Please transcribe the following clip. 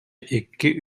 икки